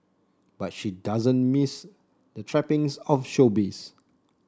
but she doesn't miss the trappings of showbiz